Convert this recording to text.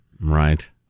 Right